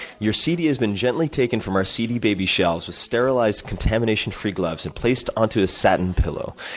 your cd has been gently taken from our cdbaby shelves, with sterilized, contamination-free gloves, and placed onto a satin pillow.